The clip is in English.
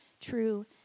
true